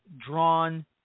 drawn